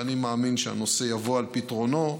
ואני מאמין שהנושא יבוא על פתרונו,